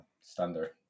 standard